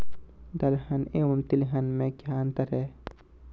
दलहन एवं तिलहन में क्या अंतर है?